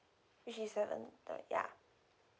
which is seven the ya